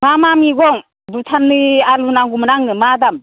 मा मा मैगं भुटाननि आलु नांगौमोन आंनो मा दाम